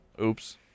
Oops